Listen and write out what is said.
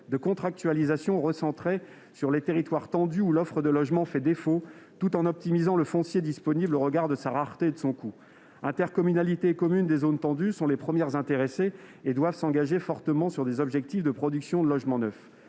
de contractualisation recentré sur les territoires tendus où l'offre de logement fait défaut, tout en optimisant le foncier disponible au regard de sa rareté et de son coût. Les intercommunalités et communes des zones tendues sont les premières intéressées et doivent s'engager fortement sur des objectifs de production de logements neufs.